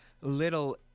Little